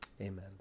Amen